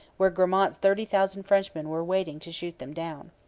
where gramont's thirty thousand frenchmen were waiting to shoot them down.